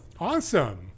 awesome